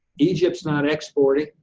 egypt is not exporting.